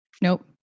Nope